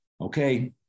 okay